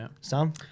Sam